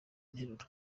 nteruro